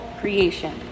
creation